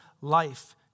life